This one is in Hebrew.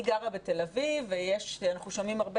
אני גרה בתל אביב ואנחנו שומעים הרבה